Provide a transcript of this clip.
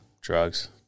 drugs